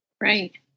Right